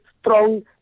strong